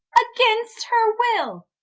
against her will,